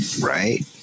right